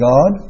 God